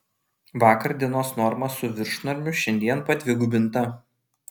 vakar dienos norma su viršnormiu šiandien padvigubinta